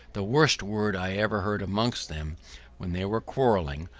the worst word i ever heard amongst them when they were quarreling,